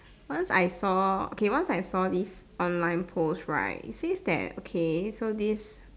once I saw okay once I saw this online post right it says that okay so this